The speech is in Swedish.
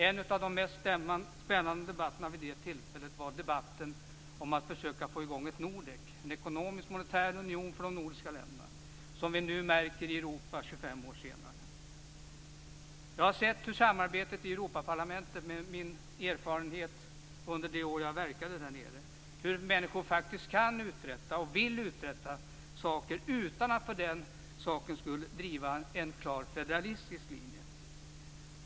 En av de mest spännande debatterna vid det tillfället var debatten om att försöka få i gång ett NORDEK, en ekonomisk-monetär union för de nordiska länderna, som vi nu märker i Europa 25 år senare. Jag har sett samarbetet i Europaparlamentet under de år jag verkade där nere, hur människor faktiskt kan och vill uträtta saker utan att för den sakens skull driva en klar federalistisk linje.